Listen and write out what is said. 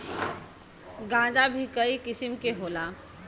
गांजा भीं कई किसिम के होला